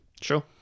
Sure